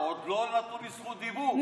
עוד לא נתנו לי זכות דיבור,